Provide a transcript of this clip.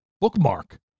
bookmark